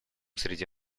среди